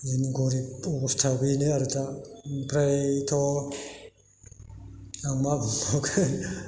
जोंनि गरिब अबसथाया बेनो आरो दा ओमफ्रायथ' आं मा बुंबावगोन